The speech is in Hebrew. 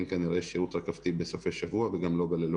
כנראה שירות רכבתי בסופי שבוע וגם לא בלילות.